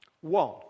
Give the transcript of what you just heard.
One